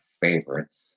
favorites